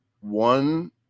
one